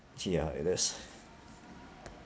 ya it is